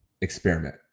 experiment